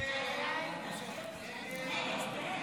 הסתייגות 17 לא נתקבלה.